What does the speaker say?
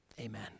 Amen